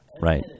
Right